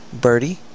Birdie